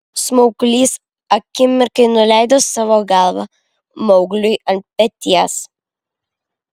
smauglys akimirkai nuleido savo galvą maugliui ant peties